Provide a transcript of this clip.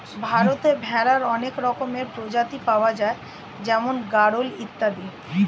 ভারতে ভেড়ার অনেক রকমের প্রজাতি পাওয়া যায় যেমন গাড়ল ইত্যাদি